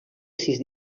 sis